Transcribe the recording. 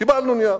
קיבלנו נייר,